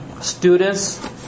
students